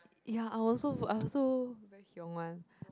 ya I also I also very hiong one